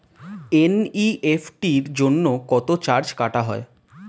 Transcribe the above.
NEFT জন্য কত charge কাটা হয়?